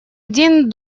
один